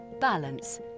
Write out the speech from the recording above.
balance